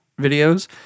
videos